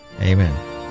Amen